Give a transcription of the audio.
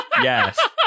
yes